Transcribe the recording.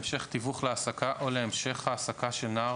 להמשך תיווך להעסקה או להמשך העסקה של נער